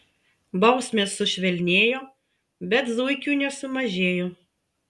bausmės sušvelnėjo bet zuikių nesumažėjo